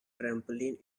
trampoline